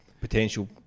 potential